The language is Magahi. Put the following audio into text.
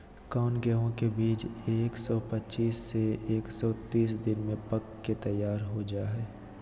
कौन गेंहू के बीज एक सौ पच्चीस से एक सौ तीस दिन में पक के तैयार हो जा हाय?